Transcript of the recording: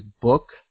book